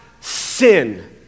sin